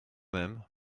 même